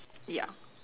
ya